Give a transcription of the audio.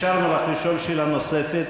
אפשרנו לך לשאול שאלה נוספת.